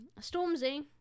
Stormzy